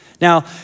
Now